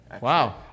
Wow